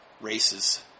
races